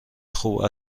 خوب